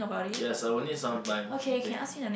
yes I would need some time to think